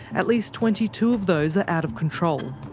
at least twenty two of those are out of control.